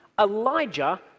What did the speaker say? Elijah